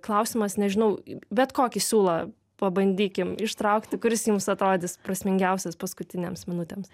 klausimas nežinau bet kokį siūlą pabandykim ištraukti kuris jums atrodys prasmingiausias paskutinėms minutėms